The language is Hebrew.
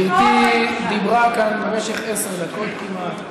אני פה, גברתי דיברה כאן במשך עשר דקות כמעט.